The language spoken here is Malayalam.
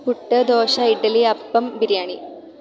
പുട്ട് ദോശ ഇഡ്ഡലി അപ്പം ബിരിയാണി